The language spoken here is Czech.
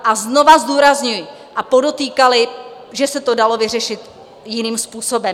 A znovu zdůrazňuji a podotýkali, že se to dalo vyřešit jiným způsobem.